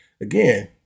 again